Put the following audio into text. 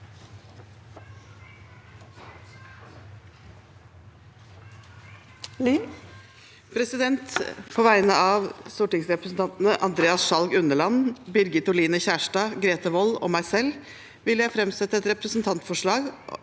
På vegne av stortingsre- presentantene Andreas Sjalg Unneland, Birgit Oline Kjerstad, Grete Wold og meg selv vil jeg framsette et representantforslag